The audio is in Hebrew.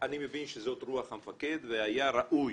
אני מבין שזאת רוח המפקד והיה ראוי